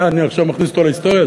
אני עכשיו מכניס אותו להיסטוריה,